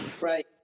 Right